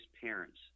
parents